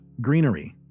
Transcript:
greenery